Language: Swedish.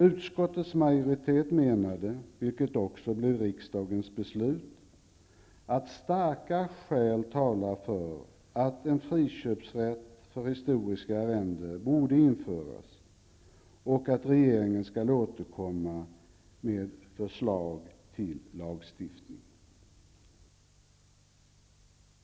Utskottets majoritet menade, vilket också blev riksdagens beslut, att starka skäl talade för att en friköpsrätt för historiska arrenden borde införas och att regeringen skulle återkomma med förslag till lagstiftning.